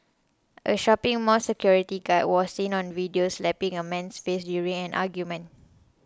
a shopping mall security guard was seen on video slapping a man's face during an argument